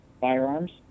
firearms